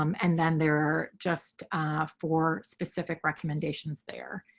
um and then they're just for specific recommendations there.